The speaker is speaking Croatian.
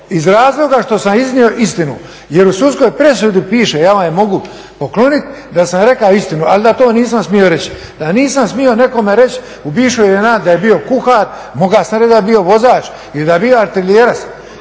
iz razloga što sam iznio istinu. Jer u sudskoj presudi piše, ja vam je mogu pokloniti, da sam rekao istinu, ali da to nisam smio reći, da nisam smio nekome reći u bivšoj JNA da je bio kuhar. Moga sam reć da je bio vozač ili da je bija artiljerac.